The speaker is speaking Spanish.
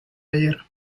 ayer